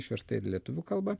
išversta ir į lietuvių kalbą